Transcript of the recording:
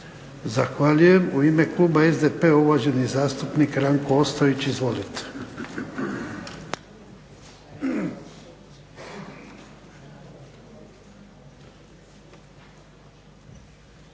Zahvaljujem. U ime kluba SDP-a uvaženi zastupnik Ranko Ostojić. Izvolite.